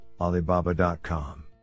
Alibaba.com